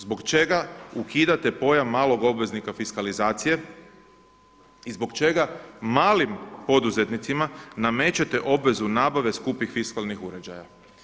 Zbog čega ukidate pojam malog obveznika fiskalizacije i zbog čega malim poduzetnicima namećete obvezu nabave skupih fiskalnih uređaja.